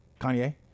Kanye